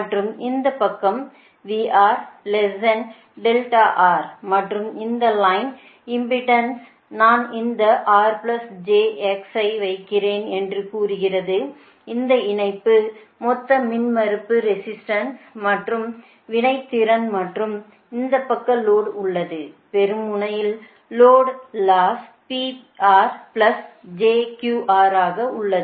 மற்றும் இந்த பக்கம் மற்றும் இந்த லைன் இம்பெடன்ஸ் நான் இந்த rjx ஐ வைக்கிறேன் என்று கூறுகிறது இந்த இணைப்பு மொத்த மின்மறுப்பு ரெசிஸ்டன்ஸ் மற்றும் வினைத்திறன் மற்றும் இந்த பக்க லோடு உள்ளது பெறும் முனையில் லோடு ஆக உள்ளது